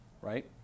right